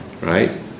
right